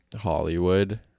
Hollywood